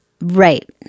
Right